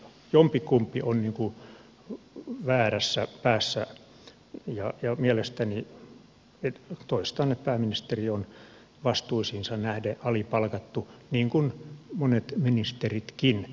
jompikumpi on niin kuin väärässä päässä ja toistan että pääministeri on vastuisiinsa nähden alipalkattu niin kuin monet ministeritkin